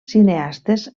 cineastes